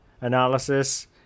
analysis